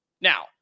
Now